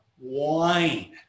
wine